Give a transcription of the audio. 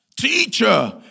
teacher